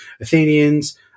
Athenians